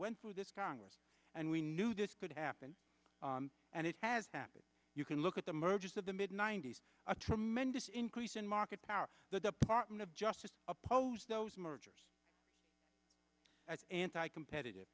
went through this congress and we knew this could happen and it has happened you can look at the mergers of the mid ninety's a tremendous increase in market power the department of justice oppose those mergers anti competitive